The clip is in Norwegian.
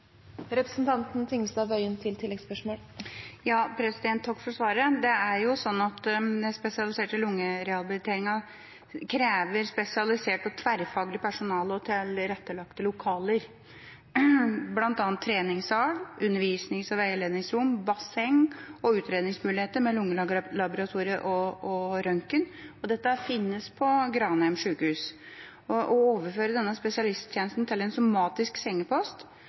Takk for svaret. Det er jo sånn at den spesialiserte lungerehabiliteringen krever spesialisert og tverrfaglig personale og tilrettelagte lokaler, bl.a. treningssal, undervisnings- og veiledningsrom, basseng og utredningsmuligheter med lungelaboratorium og røntgen. Og dette finnes på Granheim sykehus. Å overføre denne spesialisttjenesten til en somatisk sengepost